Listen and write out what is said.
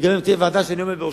וגם תהיה ועדה שאני עומד בראשה,